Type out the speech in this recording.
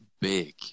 big